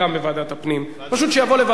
פשוט שיבוא לוועדת הפנים.